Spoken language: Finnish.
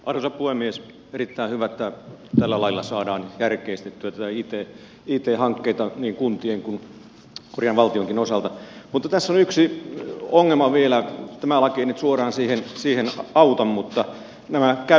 erittäin hyvä että tällä lailla saadaan järkeistettyä näitä it hankkeita valtionkin osalta mutta tässä on yksi ongelma vielä tämä laki ei nyt suoraan siihen auta eli nämä käyttöoikeudet